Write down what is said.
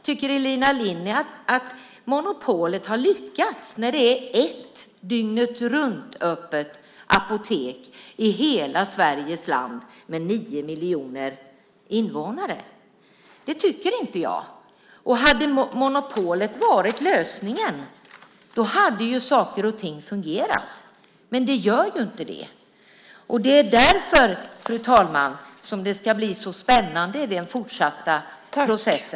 Tycker Elina Linna att monopolet har lyckats, när det finns ett enda dygnetruntöppet apotek i hela Sveriges land med 9 miljoner invånare? Det tycker inte jag. Hade monopolet varit lösningen hade saker och ting fungerat. Men de gör inte det. Det är därför, fru talman, som den fortsatta processen ska bli så spännande.